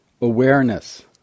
Awareness